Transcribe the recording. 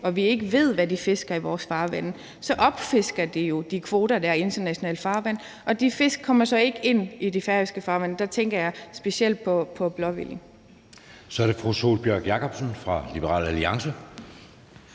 vi ikke ved, hvad de fisker i vores farvande, så opfisker de kvoter, der er i internationalt farvand, og de fisk kommer jo så ikke ind i de færøske farvande. Der tænker jeg specielt på blåhvilling. Kl. 23:30 Anden næstformand (Jeppe Søe): Så er det fru Sólbjørg Jakobsen fra Liberal Alliance.